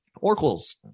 Oracle's